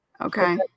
Okay